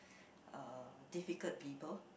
uh difficult people